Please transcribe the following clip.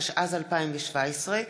התשע"ז 2017,